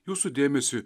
jūsų dėmesiu